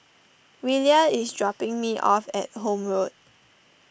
Willa is dropping me off at Horne Road